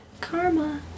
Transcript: Karma